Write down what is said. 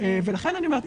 ולכן אני אומרת,